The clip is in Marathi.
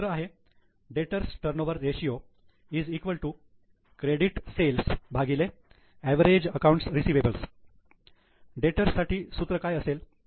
क्रेडिट सेल्स डेटर्स टर्नओव्हर रेषीय एवरेज अकाउंट्स रिसिवेबल्स डेटर्स साठी सूत्र काय असेल